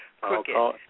crooked